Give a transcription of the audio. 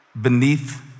Beneath